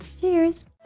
Cheers